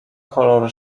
kolor